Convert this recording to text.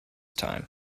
time